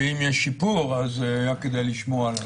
ואם יש שיפור אז היה כדאי לשמוע עליו.